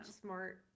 smart